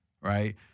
right